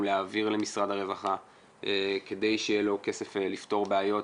להעביר למשרד הרווחה כדי שיהיה לו כסף לפתור בעיות,